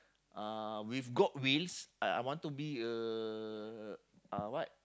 uh with god wills I I want to be a uh what